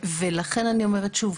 ולכן, אני אומרת שוב,